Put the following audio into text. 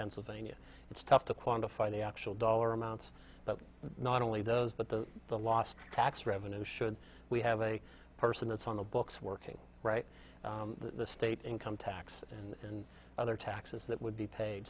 pennsylvania it's tough to quantify the actual dollar amounts but not only those but the the last tax revenue should we have a person that's on the books working right the state income tax and other taxes that would be paid